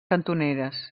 cantoneres